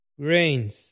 grains